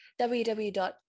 www